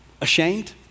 ashamed